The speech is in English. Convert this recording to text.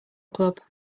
club